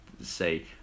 say